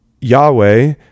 Yahweh